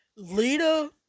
Lita